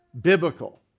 biblical